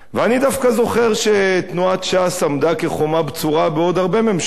אני דווקא זוכר שתנועת ש"ס עמדה כחומה בצורה בעוד הרבה ממשלות,